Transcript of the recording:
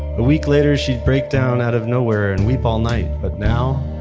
a week later, she'd break down out of nowhere and weep all night. but now,